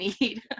need